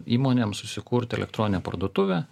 įmonėm susikurt elektroninę parduotuvę